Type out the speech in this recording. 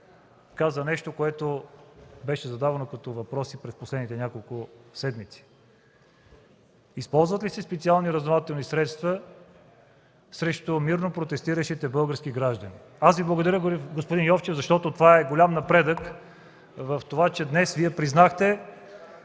каза нещо, което беше задавано като въпроси през последните няколко седмици – използват ли се специални разузнавателни средства срещу мирно протестиращите български граждани? Аз Ви благодаря, господин Йовчев, защото това е голям напредък – днес Вие признахте,